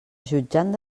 jutjant